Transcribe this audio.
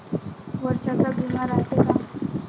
वर्षाचा बिमा रायते का?